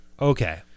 Okay